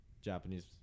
Japanese